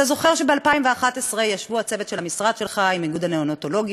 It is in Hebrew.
אתה זוכר שב-2011 ישבו הצוות של המשרד שלך עם איגוד הנאונטולוגים